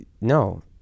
no